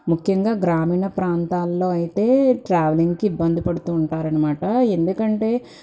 ముఖ్యంగా గ్రామీణ ప్రాంతాల్లో అయితే ట్రావెలింగ్కి ఇబ్బంది పడుతూ ఉంటారనమాట ఎందుకంటే